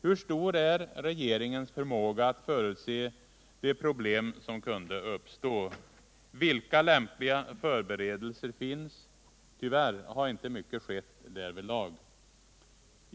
Hur stor är regeringens förmåga att förutse de problem som kunde uppstå? Vilka lämpliga förberedelser finns? Tyvärr har inte mycket skett härvidlag.